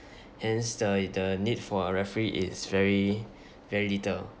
hence the the need for a referee is very very little